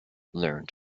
learned